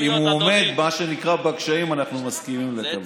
רק אם הוא עומד בקשיים אנחנו מסכימים לקבל אותו.